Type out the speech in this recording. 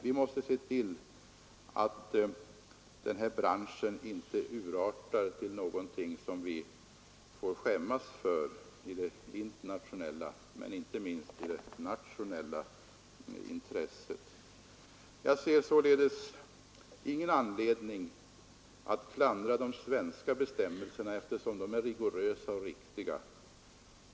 Vi måste i det internationella men inte minst i det nationella intresset se till att den här branschen inte urartar till någonting som vi får skämmas för. Jag ser således ingen anledning att klandra de svenska bestämmelserna, eftersom de är rigorösa och riktiga.